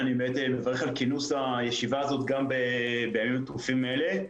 אני מברך על כינוס הישיבה הזאת גם בימים טרופים אלה.